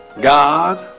God